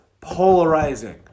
Polarizing